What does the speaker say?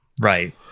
Right